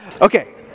Okay